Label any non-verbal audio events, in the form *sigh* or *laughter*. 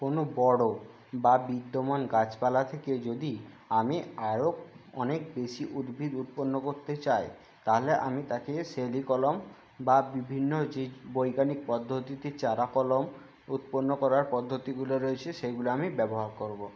কোনো বড়ো বা বিদ্যমান গাছপালা থেকে যদি আমি আরও অনেক বেশি উদ্ভিদ উৎপন্ন করতে চাই তাহলে আমি তাকে *unintelligible* কলম বা বিভিন্ন যে বৈজ্ঞানিক পদ্ধতিতে চারা কলম উৎপন্ন করার পদ্ধতিগুলো রয়েছে সেগুলো আমি ব্যবহার করবো